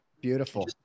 Beautiful